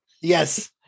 Yes